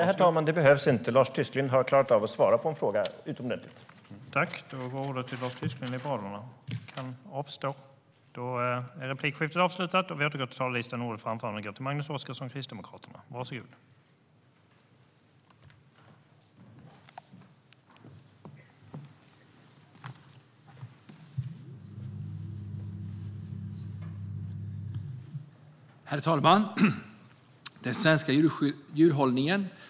Herr talman! Lars Tysklind klarade av att svara på frågan utomordentligt, och jag avstår från vidare frågor.